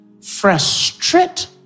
frustrate